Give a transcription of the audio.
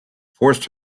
forced